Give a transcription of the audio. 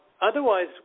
otherwise